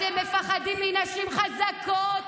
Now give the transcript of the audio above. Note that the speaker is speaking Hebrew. אתם מפחדים מנשים חזקות.